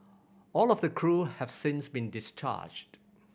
all of the crew have since been discharged